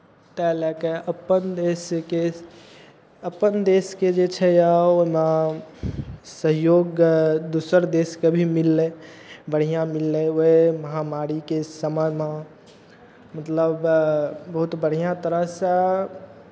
ताहि लऽ कऽ अपन देशके अपन देशके जे छै ओहिमे सहयोग दोसर देशके भी मिललै बढ़िआँ मिललै ओहि महामारीके समयमे मतलब बहुत बढ़िआँ तरहसँ